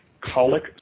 Colic